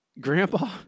Grandpa